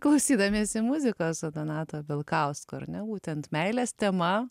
klausydamiesi muzikos donato vilkausko ar ne būtent meilės tema